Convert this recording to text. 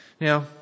Now